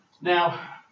Now